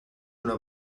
una